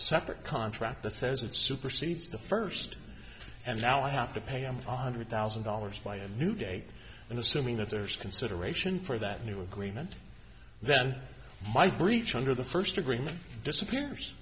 separate contract that says it supersedes the first and now i have to pay him one hundred thousand dollars my and new date and assuming that there's consideration for that new agreement then my breach under the first agreement disappears